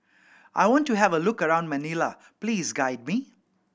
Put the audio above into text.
I want to have a look around Manila please guide me